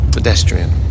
Pedestrian